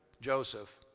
Joseph